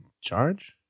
charge